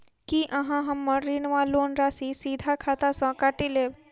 की अहाँ हम्मर ऋण वा लोन राशि सीधा खाता सँ काटि लेबऽ?